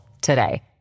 today